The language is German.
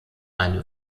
eine